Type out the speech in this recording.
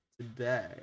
today